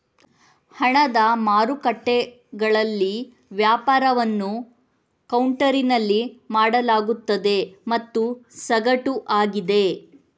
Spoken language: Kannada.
ಹಣದ ಮಾರುಕಟ್ಟೆಗಳಲ್ಲಿ ವ್ಯಾಪಾರವನ್ನು ಕೌಂಟರಿನಲ್ಲಿ ಮಾಡಲಾಗುತ್ತದೆ ಮತ್ತು ಸಗಟು ಆಗಿದೆ